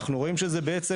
אנחנו רואים שזה בעצם,